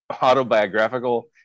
autobiographical